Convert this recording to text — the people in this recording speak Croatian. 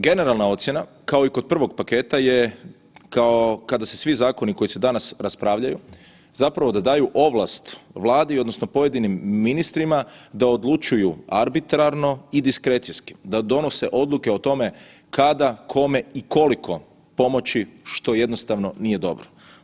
Generalna ocjena kao i kod prvog paketa je kao kada se svi zakoni koji se danas raspravljaju zapravo da daju ovlast odnosno pojedinim ministrima da odlučuju arbitrarno i diskrecijski, da donose odluke o tome kada, kome i koliko pomoći što jednostavno nije dobro.